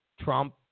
Trump